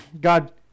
God